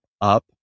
up